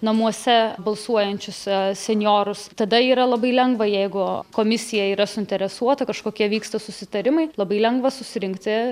namuose balsuojančius senjorus tada yra labai lengva jeigu komisija yra suinteresuota kažkokie vyksta susitarimai labai lengva susirinkti